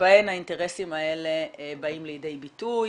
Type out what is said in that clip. שבהן האינטרסים האלה באים לידי ביטוי,